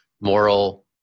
moral